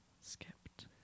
Skipped